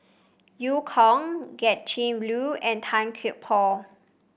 Eu Kong Gretchen Liu and Tan Kian Por